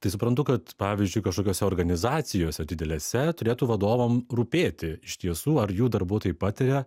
tai suprantu kad pavyzdžiui kažkokiose organizacijose didelėse turėtų vadovam rūpėti iš tiesų ar jų darbuotojai patiria